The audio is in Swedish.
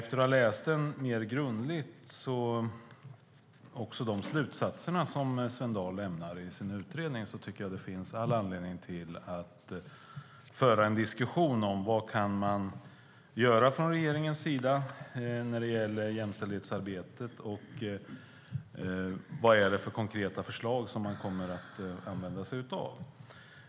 Efter att jag har läst utredningen och Svend Dahls slutsatser mer grundligt tycker jag att det finns all anledning att föra en diskussion om vad man kan göra från regeringens sida när det gäller jämställdhetsarbetet och vilka konkreta förslag som man kommer att använda sig av.